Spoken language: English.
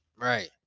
Right